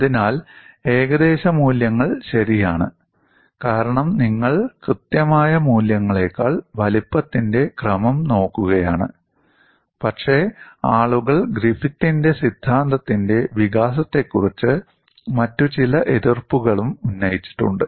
അതിനാൽ ഏകദേശ മൂല്യങ്ങൾ ശരിയാണ് കാരണം നിങ്ങൾ കൃത്യമായ മൂല്യങ്ങളേക്കാൾ വലുപ്പത്തിന്റെ ക്രമം നോക്കുകയാണ് പക്ഷേ ആളുകൾ ഗ്രിഫിത്തിന്റെ സിദ്ധാന്തത്തിന്റെ വികാസത്തെക്കുറിച്ച് മറ്റ് ചില എതിർപ്പുകളും ഉന്നയിച്ചിട്ടുണ്ട്